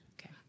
Okay